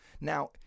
now